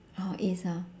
oh east ah